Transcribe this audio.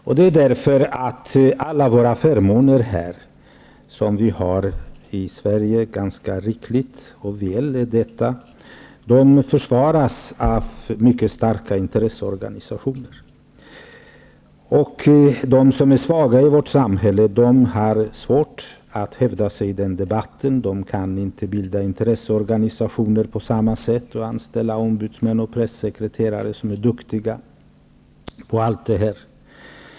Anledningen är att alla våra förmåner -- som i Sverige förekommer i ganska rikliga mängder -- försvaras av mycket starka intresseorganisationer. De som är svaga i vårt samhälle har svårt att hävda sig i debatten. De kan inte bilda intresseorganisationer på samma sätt och anställa ombudsmän och pressekreterare som är duktiga på allt detta.